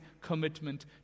commitment